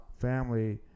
family